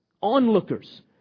onlookers